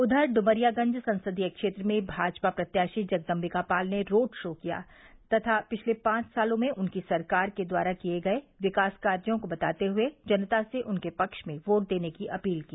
उधर डुमरियागंज संसदीय क्षेत्र में भाजपा प्रत्याशी जगदभिका पाल ने रोड शो किया तथा पिछले पांच सालों में उनकी सरकार के द्वारा किये गये विकास कार्यो को बताते हुए जनता से उनके पक्ष में वोट देने की अपील की